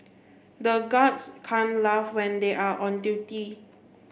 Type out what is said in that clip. the guards can't laugh when they are on duty